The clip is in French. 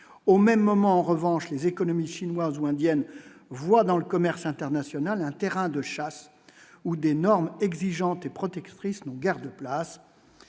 au même moment, en revanche, les économies chinoise ou indienne, voient dans le commerce international, un terrain de chasse ou des normes exigeantes et protectrice n'ont guère de place